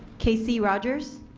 casey rogers?